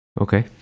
Okay